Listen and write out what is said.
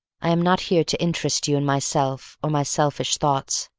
i am not here to interest you in myself or my selfish thoughts.